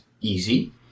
easy